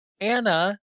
Anna